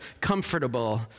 comfortable